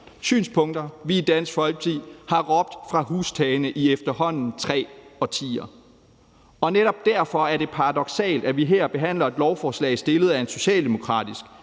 synspunkter, vi i Dansk Folkeparti har råbt fra hustagene i efterhånden tre årtier. Netop derfor er det paradoksalt, at vi her behandler et lovforslag fremsat af en socialdemokratisk